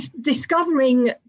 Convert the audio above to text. discovering